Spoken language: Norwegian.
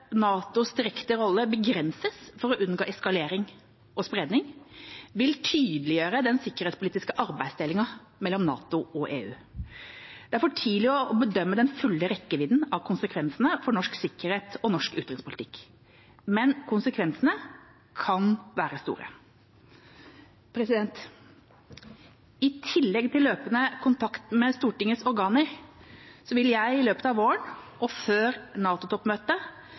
NATOs direkte rolle begrenses for å unngå eskalering og spredning, vil tydeliggjøre den sikkerhetspolitiske arbeidsdelingen mellom NATO og EU. Det er for tidlig å bedømme den fulle rekkevidden av konsekvensene for norsk sikkerhet og norsk utenrikspolitikk, men konsekvensene kan være store. I tillegg til løpende kontakt med Stortingets organer vil jeg i løpet av våren, og før